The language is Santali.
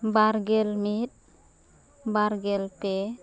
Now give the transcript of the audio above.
ᱵᱟᱨᱜᱮᱞ ᱢᱤᱫ ᱵᱟᱨᱜᱮᱞ ᱯᱮ